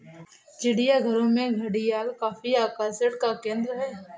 चिड़ियाघरों में घड़ियाल काफी आकर्षण का केंद्र है